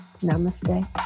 Namaste